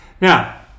Now